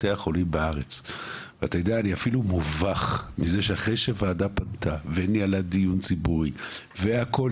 אני אפילו מובך שאחרי שהוועדה פנתה וניהלה דיון ציבורי והכול,